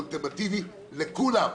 אולטימטיבי לכולם.